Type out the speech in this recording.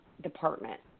department